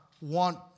want